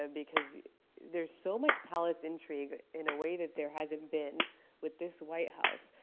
ah because there's so much palace intrigue in a way that there hasn't been with this white house.